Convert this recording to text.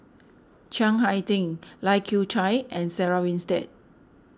Chiang Hai Ding Lai Kew Chai and Sarah Winstedt